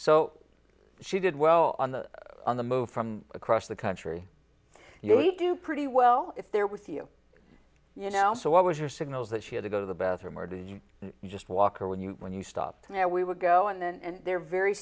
so she did well on the move from across the country they do pretty well if they're with you you know so what was your signals that she had to go to the bathroom or did you just walk or when you when you stopped now we would go in and they're very